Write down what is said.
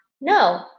No